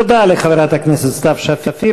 תודה לחברת הכנסת סתיו שפיר.